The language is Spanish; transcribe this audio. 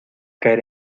caer